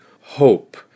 hope